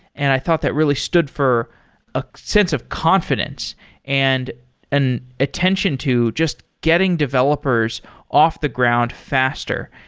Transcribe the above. and i thought that really stood for a sense of confidence and and attention to just getting developers off the ground faster.